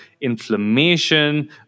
inflammation